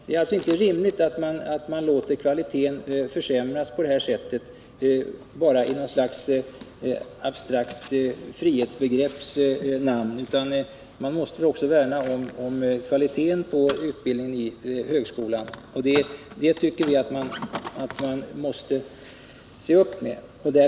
Det är alltså inte rimligt att man låter kvaliteten försämras på detta sätt bara i något abstrakt frihetsbegrepps namn. Man måste väl också värna om kvaliteten på utbildningen i högskolan.